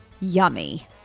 yummy